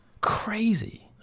Crazy